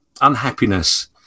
unhappiness